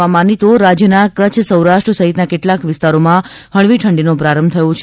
હવા માન રાજ્યના કચ્છ સૌરાષ્ટ્ર સહિતના કેટલાંક વિસ્તારોમાં હળવી ઠંડીનો પ્રારંભ થયો છે